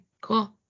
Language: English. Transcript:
cool